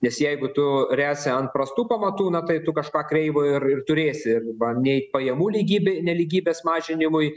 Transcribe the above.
nes jeigu tu ręsi ant prastų pamatų na tai tu kažką kreivo ir ir turėsi arba nei pajamų lygybė nelygybės mažinimui